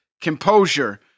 composure